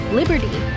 liberty